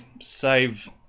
save